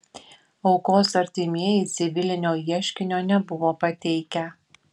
aukos artimieji civilinio ieškinio nebuvo pateikę